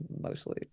mostly